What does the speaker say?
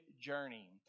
Journey